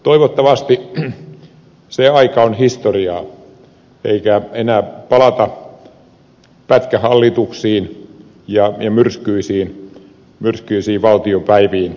toivottavasti se aika on historiaa eikä enää palata pätkähallituksiin ja myrskyisiin valtiopäiviin